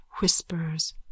Whispers